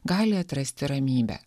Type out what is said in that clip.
gali atrasti ramybę